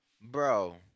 bro